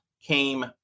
came